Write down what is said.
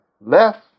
left